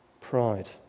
pride